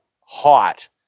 hot